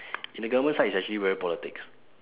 in the government side it's actually very politics